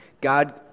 God